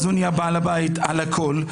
הוא נהיה בעל הבית על הכול,